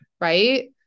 right